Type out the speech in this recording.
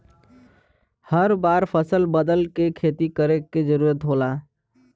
हर बार फसल बदल के खेती करे क जरुरत होला